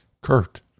kurt